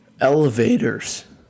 elevators